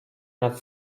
nad